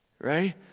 right